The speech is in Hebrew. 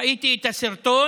ראיתי את הסרטון,